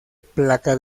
placa